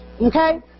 Okay